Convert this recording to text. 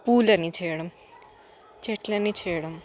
పూలని చేయడం చెట్లని చేయడం